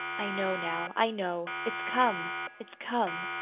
i know, now, i know! it's come it's come!